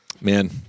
man